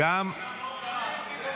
-- צבועים.